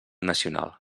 nacional